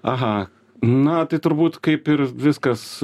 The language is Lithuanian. aha na tai turbūt kaip ir viskas